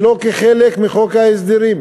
ולא כחלק מחוק ההסדרים?